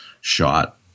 shot